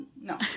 no